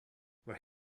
where